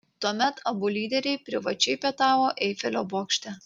tuomet abu lyderiai privačiai pietavo eifelio bokšte